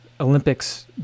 olympics